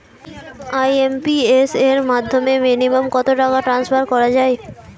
IMPS এর মাধ্যমে minimum কত টাকা ট্রান্সফার করা যায়?